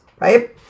Right